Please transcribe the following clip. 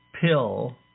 pill